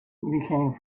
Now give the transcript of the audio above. became